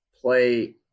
play